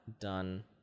done